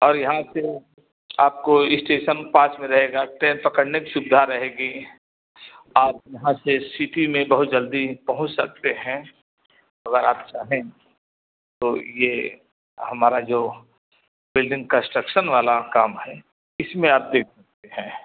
और यहाँ से आपको इस्टेसन पास में रहेगा ट्रेन पकड़ने की सुविधा रहेगी आप यहाँ से सिटी में बहुत जल्दी पहुँच सकते हैं अगर आप चाहें तो ये हमारा जो बिल्डिंग कस्ट्रक्शन वाला काम है इसमें आप देख सकते हैं